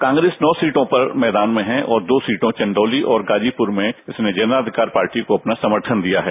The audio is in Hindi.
कांग्रेस नौ सीटों पर मैदान में है और दो सीटों चंदोली और गाजीप्र में उसने जन अधिकार पार्टी को अपना समर्थन दिया है